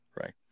Right